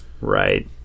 Right